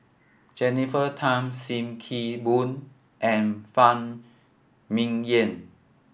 Jennifer Tham Sim Kee Boon and Phan Ming Yen